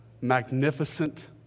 magnificent